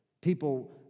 people